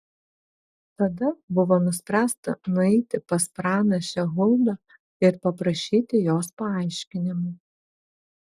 tada buvo nuspręsta nueiti pas pranašę huldą ir paprašyti jos paaiškinimų